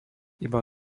iba